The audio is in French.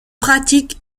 pratique